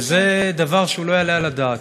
זה דבר שלא יעלה על הדעת.